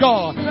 God